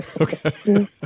okay